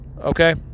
Okay